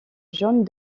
jaune